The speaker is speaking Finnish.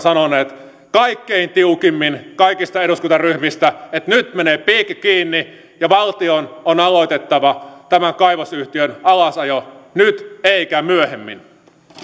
sanoneet kaikkein tiukimmin kaikista eduskuntaryhmistä että nyt menee piikki kiinni ja valtion on aloitettava tämän kaivosyhtiön alasajo nyt eikä myöhemmin